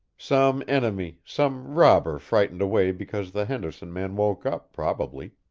some enemy, some robber frightened away because the henderson man woke up, probably,